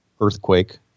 earthquake